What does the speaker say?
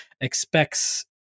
expects